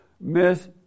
Miss